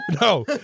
No